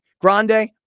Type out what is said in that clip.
Grande